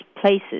places